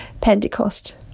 Pentecost